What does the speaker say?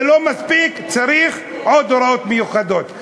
זה לא מספיק, צריך עוד הוראות מיוחדות.